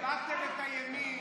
איבדתם את הימין.